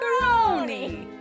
Macaroni